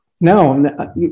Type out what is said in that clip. No